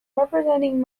representing